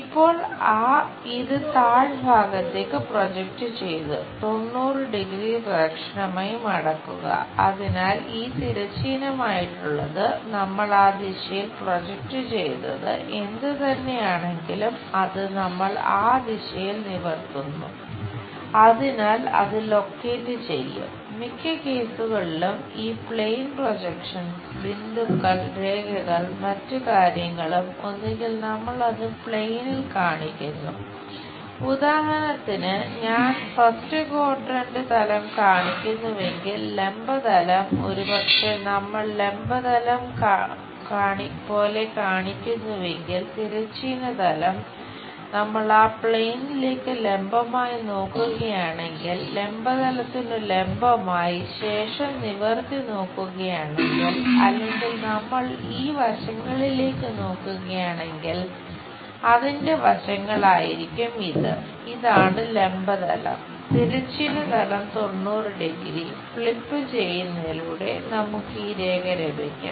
ഇപ്പോൾ ഇത് താഴ്ഭാഗത്തേക്ക് പ്രൊജക്റ്റ് ചെയ്യുന്നതിലൂടെ നമുക്ക് ഈ രേഖ ലഭിക്കും